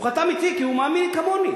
הוא חתם אתי כי הוא מאמין כמוני,